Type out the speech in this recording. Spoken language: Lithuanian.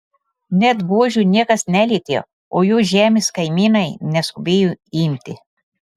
bet buožių niekas nelietė o jų žemės kaimynai neskubėjo imti